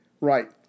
Right